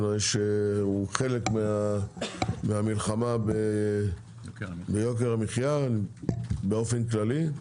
שהוא חלק מהמלחמה ביוקר המחיה באופן כללי.